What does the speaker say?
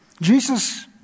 Jesus